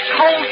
cold